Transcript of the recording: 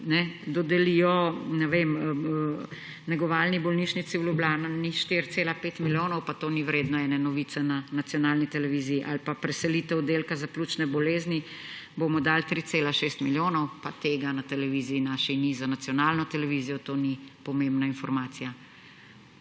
Dodelijo, ne vem, Negovalni bolnišnici Ljubljana 4,5 milijona, pa to ni vredno ene novice na nacionalni televiziji. Za preselitev Oddelka za pljučne bolezni bomo dali 3,6 milijona, pa tega na naši televiziji ni. Za nacionalno televizijo to ni pomembna informacija.